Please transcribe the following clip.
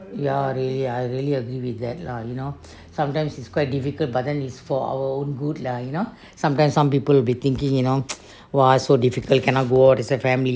ya really I agree I really agree with that lah you know sometimes is quite difficult but then is for our own good lah you know sometimes some people will be thinking you know why so difficult you cannot go out as a family